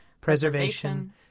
preservation